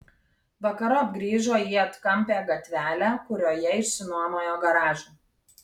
vakarop grįžo į atkampią gatvelę kurioje išsinuomojo garažą